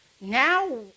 now